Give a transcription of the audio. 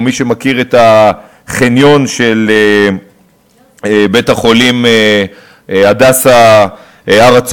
או מי שמכיר את החניון של בית-החולים "הדסה הר-הצופים",